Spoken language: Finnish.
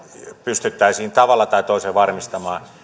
pystyttäisiin tavalla tai toisella varmistamaan